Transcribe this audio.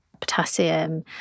potassium